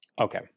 Okay